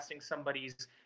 somebody's